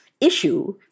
issue